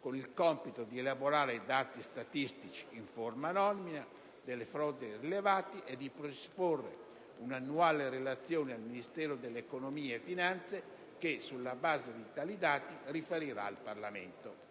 con il compito di elaborare dati statistici (in forma anonima) delle frodi rilevate e di predisporre una relazione annuale al Ministero dell'economia e finanze che, sulla base di tali dati, riferirà al Parlamento.